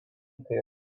tai